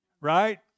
right